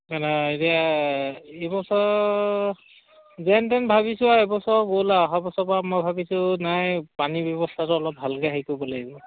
মানে এতিয়া এই বছৰ যেন তেন ভাবিছোঁ আৰু এবছৰ গ'ল আৰু অহা বছৰ পৰা মই ভাবিছোঁ নাই পানীৰ ব্যৱস্থাটো অলপ ভালকে হেৰি কৰিব লাগিব